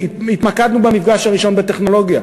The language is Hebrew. התמקדנו במפגש הראשון בטכנולוגיה,